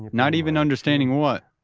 not even understanding what,